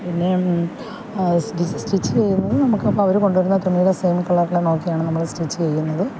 പിന്നേ ഇത് സ്റ്റിച്ച് ചെയ്യുന്നത് നമ്മൾക്ക് അപ്പോൾ അവർ കൊണ്ടു വരുന്ന തുണിയുടെ സെയിം കളറുതന്നെ നോക്കിയാണ് നമ്മൾ സ്റ്റിച്ച് ചെയ്യുന്നത്